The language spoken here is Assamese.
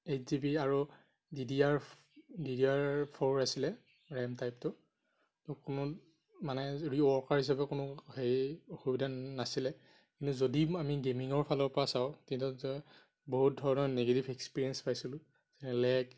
এইট জি বি আৰু D D R D D R four আছিলে ৰেম টাইপটো অকণমান মানে যদিও ৱৰ্কাৰ হিচাপে কোনো হেৰি অসুবিধা নাছিলে কিন্তু যদি আমি গেমিঙৰ ফালৰপৰা চাওঁ তেতিয়াহ'লে বহুত ধৰণৰ নেগেটিভ এক্সপেৰিয়েঞ্চ পাইছিলোঁ বেলেগ